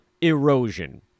erosion